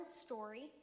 story